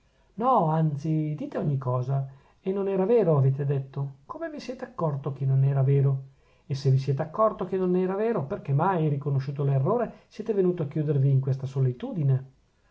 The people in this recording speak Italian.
no anzi dite ogni cosa e non era vero avete detto come vi siete accorto che non era vero e se vi siete accorto che non era vero perchè mai riconosciuto l'errore siete venuto a chiudervi in questa solitudine